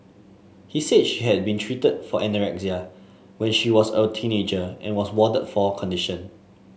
he said she had been treated for anorexia when she was a teenager and was warded for her condition